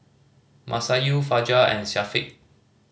Masayu Fajar and Syafiq